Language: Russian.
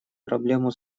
проблему